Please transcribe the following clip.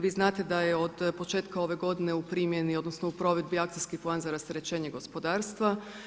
Vi znate da je od početka ove godine u primjeni odnosno u provedbi Akcijski plan za rasterećenje gospodarstva.